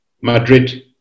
Madrid